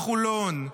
מחולון,